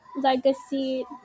legacy